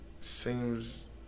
seems